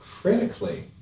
critically